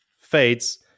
fades